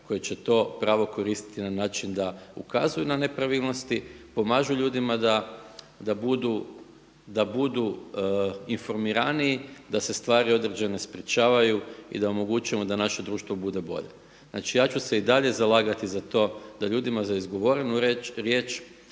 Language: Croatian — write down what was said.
koja će to pravo koristiti na način da ukazuje na nepravilnosti, pomažu ljudima da budu informiraniji, da se stvari određene spriječavaju i da omogućujemo da naše društvo bude bolje. Znači, ja ću se i dalje zalagati za to da ljudima za izgovorenu riječ